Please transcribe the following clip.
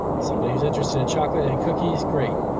somebody's interested in chocolate and cookies, great.